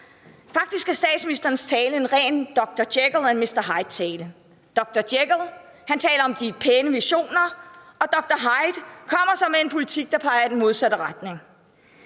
Faktisk er statsministerens tale en ren Dr. Jekyll and Mr. Hyde-tale. Dr. Jekyll taler om de pæne visioner, og Mr. Hyde kommer så med en politik, der peger i den modsatte retning.